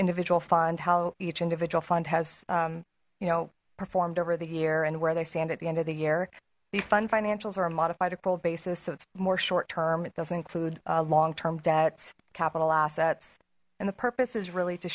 individual fund how each individual fund has you know performed over the year and where they stand at the end of the year the fund financials are a modified accrual basis so it's more short term it doesn't include long term debts capital assets and the purpose is really to